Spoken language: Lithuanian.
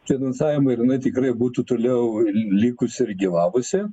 finansavimui ir jinai tikrai būtų toliau likusi ir gyvavusi